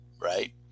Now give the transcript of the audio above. right